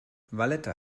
valletta